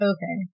Okay